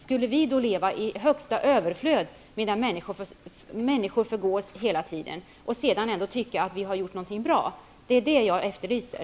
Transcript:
Skulle vi leva i största överflöd, medan människor hela tiden förgås, och sedan ändå tycka att vi har gjort någonting bra? Det är detta ansvar jag efterlyser.